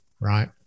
right